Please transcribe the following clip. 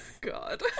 God